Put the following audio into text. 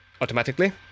automatically